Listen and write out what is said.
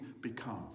become